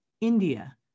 india